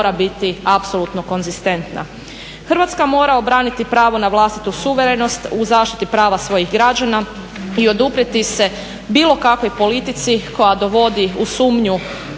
Hrvatska mora obraniti pravo na vlastitu suverenost u zaštiti prava svojih građana i oduprijeti se bilo kakvoj politici koja dovodi u sumnju